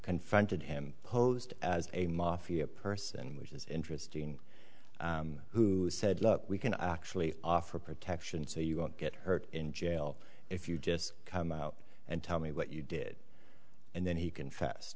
confronted him posed as a mafia person which is interesting who said look we can actually offer protection so you won't get hurt in jail if you just come out and tell me what you did and then he confessed